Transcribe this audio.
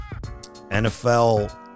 NFL